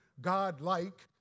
God-like